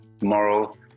moral